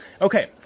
okay